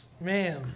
Man